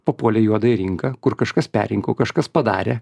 papuolė į juodąją rinką kur kažkas perrinko kažkas padarė